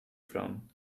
from